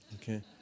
Okay